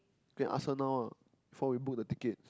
can ask her now ah before we book the ticket